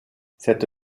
cette